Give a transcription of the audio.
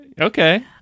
Okay